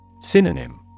Synonym